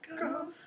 go